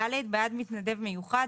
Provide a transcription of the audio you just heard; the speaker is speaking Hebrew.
בעד מתנדב מיוחד,